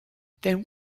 then